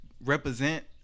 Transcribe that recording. Represent